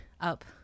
up